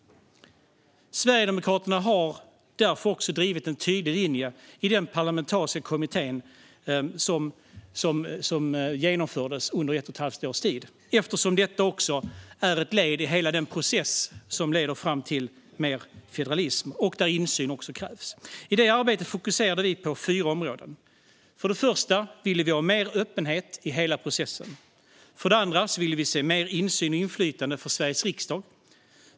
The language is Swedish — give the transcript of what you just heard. Sverigedemokraterna har därför drivit en tydlig linje i den nämnda parlamentariska kommittén, eftersom detta är ett led i hela den process som leder till mer federalism, vilket kräver mer insyn. I detta arbete fokuserade vi på fyra områden. För det första ville vi ha mer öppenhet i hela processen. För det andra ville vi ha mer insyn och inflytande för Sveriges riksdag.